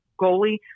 goalie